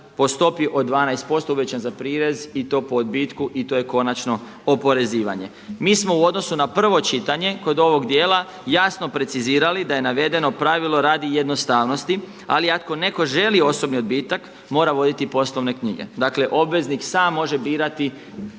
po stopi od 12% uvećan za prirez i to po odbitku i to je konačno oporezivanje. Mi smo u odnosu na prvo čitanje kod ovog dijela jasno precizirali da je navedeno pravilo radi jednostavnosti. Ali ako netko želi osobni odbitak mora voditi poslovne knjige. Dakle, obveznik sam može birati